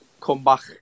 comeback